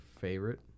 favorite